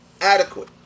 adequate